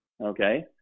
okay